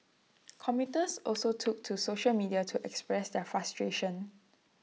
commuters also took to social media to express their frustration